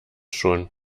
schon